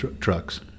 trucks